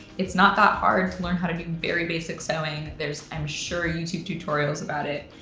it's not that hard to learn how to do very basic sewing there's, i'm sure, youtube tutorials about it.